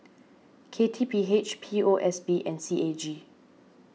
K T P H P O S B and C A G